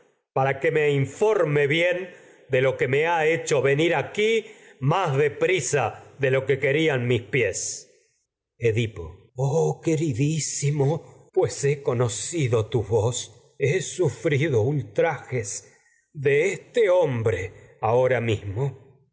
para que me informe bien de lo que me ha hecho venir aquí más de prisa de lo que querían mis pies edipo he oh queridísimo pues he conocido tu voz sufrido ultrajes do este hombre ahora mismo